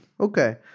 Okay